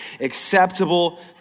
acceptable